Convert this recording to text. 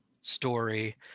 story